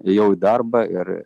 ėjau į darbą ir